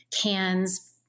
cans